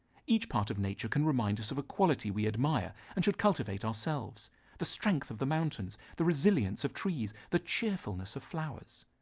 each part of nature can remind us of a quality we admire and should cultivate ourselves the strength of the mountains, the resilience of trees, the cheerfulness of flowers.